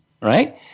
right